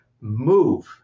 move